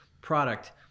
product